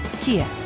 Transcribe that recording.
Kia